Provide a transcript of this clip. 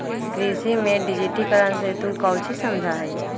कृषि में डिजिटिकरण से तू काउची समझा हीं?